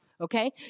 okay